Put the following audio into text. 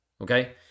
okay